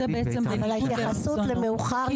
זה בעצם בניגוד לרצונו.